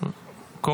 כל